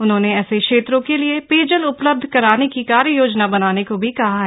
उन्होंने ऐसे क्षेत्रों के लिये पेयजल उपलब्ध कराने की कार्य योजना बनाने को भी कहा है